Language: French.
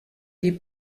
les